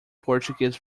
portuguese